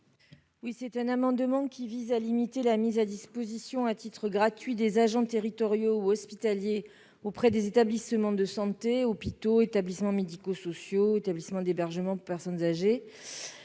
Lubin. Cet amendement vise à limiter la mise à disposition à titre gratuit des agents territoriaux ou hospitaliers auprès des établissements de santé, hôpitaux, établissements médico-sociaux, établissements d'hébergement pour personnes âgées